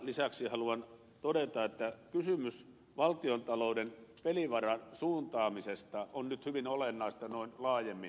lisäksi haluan todeta että kysymys valtiontalouden pelivaran suuntaamisesta on nyt hyvin olennainen noin laajemmin